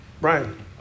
Brian